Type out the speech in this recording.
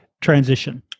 transition